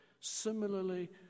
similarly